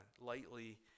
lightly